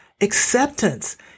acceptance